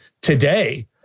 today